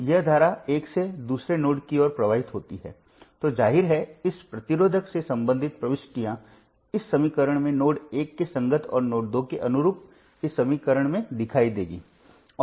अब यह धारा एक से दूसरे नोड की ओर प्रवाहित होती है तो जाहिर है इस प्रतिरोधक से संबंधित प्रविष्टियाँ इस समीकरण में नोड 1 के संगत और नोड 2 के अनुरूप इस समीकरण में दिखाई देंगी